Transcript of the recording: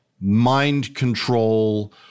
mind-control